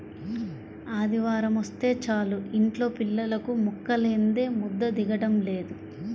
ఆదివారమొస్తే చాలు యింట్లో పిల్లలకు ముక్కలేందే ముద్ద దిగటం లేదు